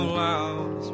loud